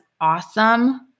awesome